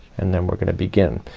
and then we're gonna begin.